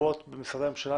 לחבוט במשרדי הממשלה.